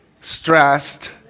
Stressed